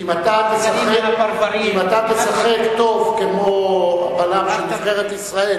אם אתה תשחק טוב כמו בלם של נבחרת ישראל